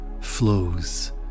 flows